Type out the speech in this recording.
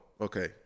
okay